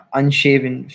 unshaven